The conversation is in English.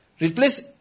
Replace